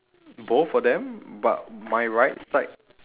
both of them but my right side